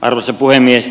arvoisa puhemies